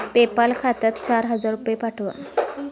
PayPal खात्यात चार हजार रुपये पाठवा